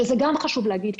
זה דבר שחשוב להגיד גם אותו,